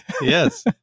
Yes